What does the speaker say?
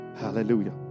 hallelujah